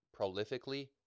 prolifically